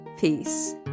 Peace